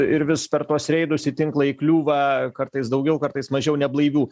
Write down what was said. ir vis per tuos reidus į tinklą įkliūva kartais daugiau kartais mažiau neblaivių